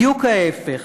בדיוק ההפך.